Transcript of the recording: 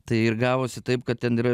tai ir gavosi taip kad ten yra